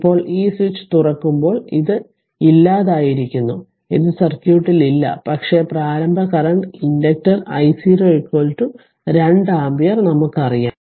ഇപ്പോൾ ഈ സ്വിച്ച് തുറക്കുമ്പോൾ ഇത് ഇല്ലാതായിരിക്കുന്നു ഇത് സർക്യൂട്ടിൽ ഇല്ല പക്ഷേ പ്രാരംഭ കറന്റ് ഇൻഡക്റ്റർ I0 2 ആമ്പിയർ നമുക്കറിയാം